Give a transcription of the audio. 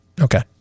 Okay